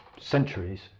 centuries